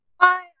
Hi